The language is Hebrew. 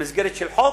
במסגרת של חוק,